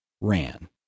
ran